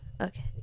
Okay